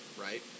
right